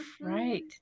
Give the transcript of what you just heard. right